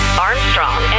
Armstrong